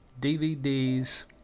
DVDs